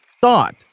thought